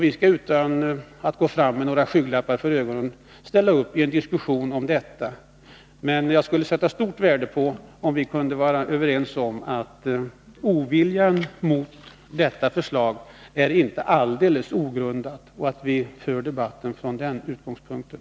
Vi skall utan att gå fram med några skygglappar för ögonen ställa upp i en diskussion om detta. Men jag skulle sätta stort värde på om vi kunde vara överens om att oviljan mot detta förslag inte är alldeles ogrundad och att vi skall föra debatten från den utgångspunkten.